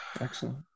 Excellent